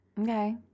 Okay